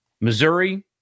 Missouri